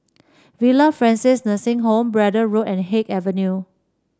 Villa Francis Nursing Home Braddell Road and Haig Avenue